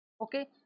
okay